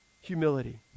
humility